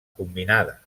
combinada